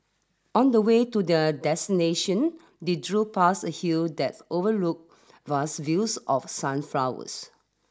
on the way to the destination they drove past a hill that overlooked vast fields of sunflowers